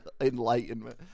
enlightenment